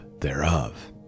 Thereof